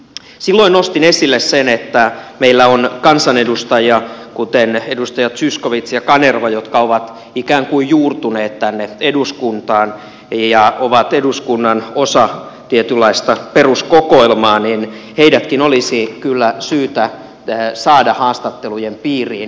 silloin nostin esille sen että meillä on kansanedustajia kuten edustaja zyskowicz ja kanerva jotka ovat ikään kuin juurtuneet tänne eduskuntaan ja ovat osa tietynlaista eduskunnan peruskokoelmaa ja heidätkin olisi kyllä syytä saada haastattelujen piiriin